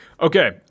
Okay